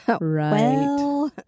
Right